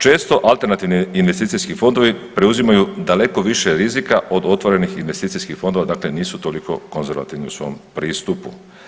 Često alternativnim investicijski fondovi preuzimaju daleko više rizika od otvorenih investicijskih fondova, dakle nisu toliko konzervativni u svom pristupu.